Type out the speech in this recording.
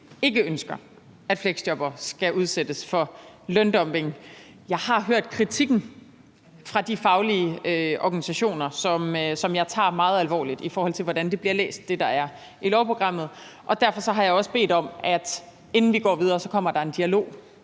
ikke ønsker, at fleksjobbere skal udsættes for løndumping. Jeg har hørt kritikken fra de faglige organisationer, som jeg tager meget alvorligt, i forhold til hvordan det, der er i lovprogrammet, bliver læst, og derfor har jeg også bedt om, at der, inden vi går videre, kommer en dialog